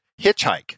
hitchhike